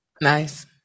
Nice